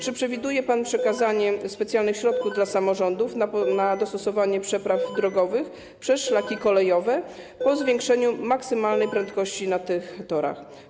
Czy przewiduje pan przekazanie specjalnych środków dla samorządów na dostosowanie przepraw drogowych przez szlaki kolejowe po zwiększeniu maksymalnej prędkości na torach?